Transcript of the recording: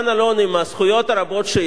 עם הזכויות הרבות שיש לו,